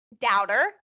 doubter